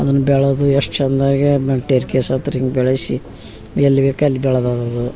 ಅದನ್ನು ಬೆಳೆದು ಎಷ್ಟು ಚಂದಾಗಿ ಟೇರ್ಕೇಸ್ ಹತ್ತಿರ ಹಿಂಗೆ ಬೆಳಸಿ ಎಲ್ಲಿ ಬೇಕು ಅಲ್ಲಿ ಬೆಳ್ದದ ಅದು